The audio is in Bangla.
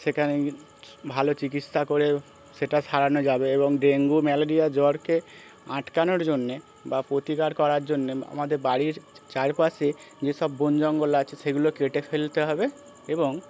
সেখানে ভালো চিকিৎসা করে সেটা সারানো যাবে এবং ডেঙ্গু ম্যালেরিয়া জ্বরকে আটকানোর জন্যে বা প্রতিকার করার জন্যে আমাদের বাড়ির চারপাশে যেসব বন জঙ্গল আছে সেগুলো কেটে ফেলতে হবে এবং